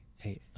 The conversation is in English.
Hey